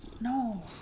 no